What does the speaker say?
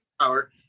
power